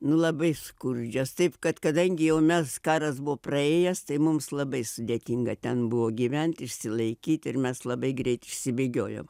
nu labai skurdžios taip kad kadangi jau mes karas buvo praėjęs tai mums labai sudėtinga ten buvo gyvent išsilaikyt ir mes labai greit išsibėgiojom